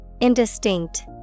Indistinct